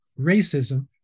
racism